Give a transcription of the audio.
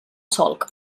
solc